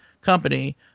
company